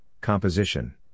Composition